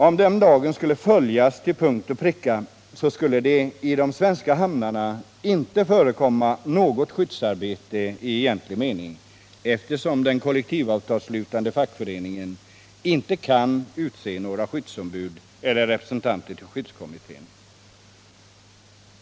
Om den lagen skulle följas till punkt och pricka, skulle det i de svenska hamnarna inte förekomma något skyddsarbete i egentlig mening, eftersom den kollektivavtalsslutande fackföreningen inte kan utse några skyddsombud eller representanter till skyddskommittéerna.